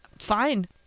Fine